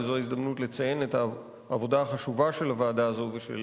וזאת ההזדמנות לציין את העבודה החשובה של הוועדה הזאת ושל